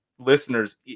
listeners